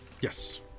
Yes